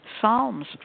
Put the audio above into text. psalms